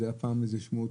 היו שמועות,